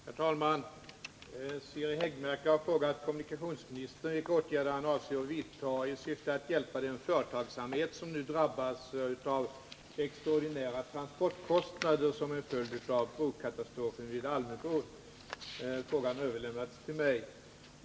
Herr talman! Siri Häggmark har frågat kommunikationsministern vilka åtgärder han avser att vidta i syfte att hjälpa den företagsamhet som nu drabbas av extraordinära transportkostnader som en följd av brokatastrofen vid Almöbron. Frågan har överlämnats till mig.